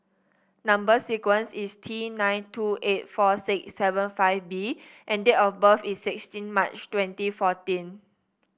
number sequence is T nine two eight four six seven five B and date of birth is sixteen March twenty fourteen